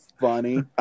funny